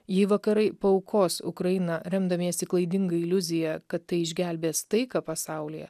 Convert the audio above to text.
jei vakarai paaukos ukrainą remdamiesi klaidinga iliuzija kad tai išgelbės taiką pasaulyje